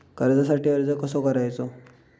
कर्जासाठी अर्ज कसो करायचो?